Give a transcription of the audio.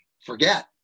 forget